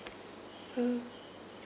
so